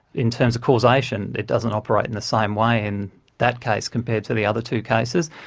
in terms causation it doesn't operate in the same way in that case compared to the other two cases.